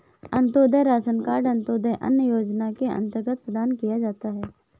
Antyodaya ration card Antyodaya Anna Yojana के अंतर्गत प्रदान किया जाता है